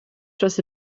dros